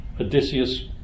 Odysseus